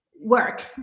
work